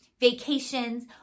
vacations